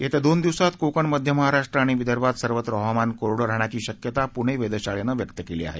येत्या दोन दिवसांत कोकण मध्य महाराष्ट्र आणि विदर्भात सर्वत्र हवामान कोरडं राहण्याची शक्यता पूणे वेधशाळेनं व्यक्त केली आहे